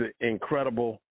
incredible